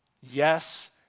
Yes